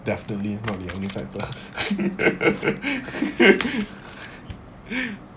definitely is not the only factor